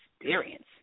experience